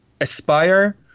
aspire